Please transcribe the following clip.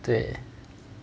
对